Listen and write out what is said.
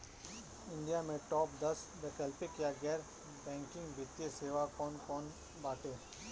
India में top दस वैकल्पिक या गैर बैंकिंग वित्तीय सेवाएं कौन कोन बाटे?